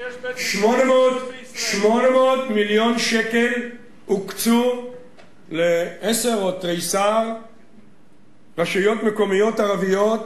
800 מיליון שקל הוקצו לעשר או תריסר רשויות מקומיות ערביות